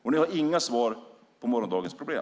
Ni har inga svar på morgondagens problem.